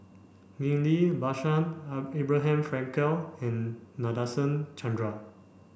Ghillie Basan Abraham Frankel and Nadasen Chandra